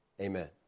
Amen